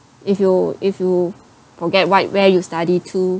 if you if you forget what where you study to